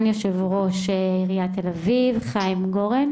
חיים גורן